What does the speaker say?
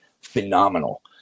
phenomenal